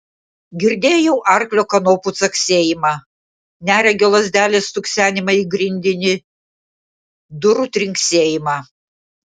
girdėjau arklio kanopų caksėjimą neregio lazdelės stuksenimą į grindinį durų trinksėjimą